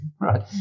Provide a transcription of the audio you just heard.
right